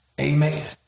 Amen